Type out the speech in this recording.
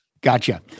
Gotcha